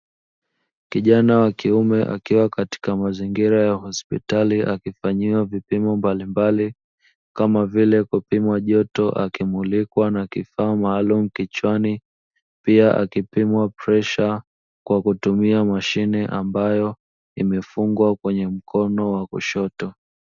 Kijana wa kiume akiwa katika mazingira ya hospitali akifanyiwa vipimo mbalimbali kama vile kupimwa joto, akimulikwa na kifaa maalumu kichwani, pia akipimwa presha kwa kutumia mashine ambayo imefungwa kwenye mkono wa kushoto.